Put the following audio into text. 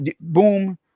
boom